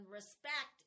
respect